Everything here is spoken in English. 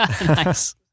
Nice